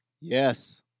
Yes